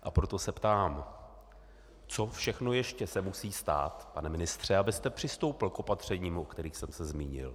A proto se ptám: Co všechno ještě se musí stát, pane ministře, abyste přistoupil k opatřením, o kterých jsem se zmínil?